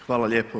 Hvala lijepo.